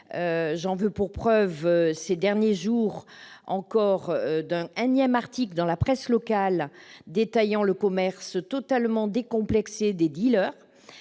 J'en veux pour preuve la publication, ces derniers jours encore, d'un énième article dans la presse locale détaillant le commerce totalement décomplexé des dealers.